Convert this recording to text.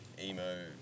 emo